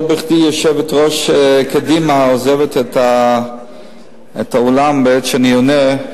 לא בכדי יושבת-ראש קדימה עוזבת את האולם בעת שאני עונה.